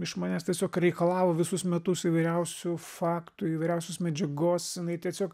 iš manęs tiesiog reikalavo visus metus įvairiausių faktų įvairiausios medžiagos jinai tiesiog